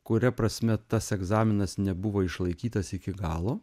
kuria prasme tas egzaminas nebuvo išlaikytas iki galo